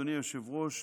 אדוני היושב-ראש,